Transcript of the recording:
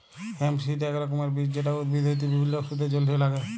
hemp seed এক রকমের বীজ যেটা উদ্ভিদ হইতে বিভিল্য ওষুধের জলহে লাগ্যে